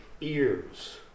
ears